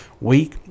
week